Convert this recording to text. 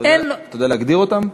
אין לו, אתה יודע להגדיר אותם?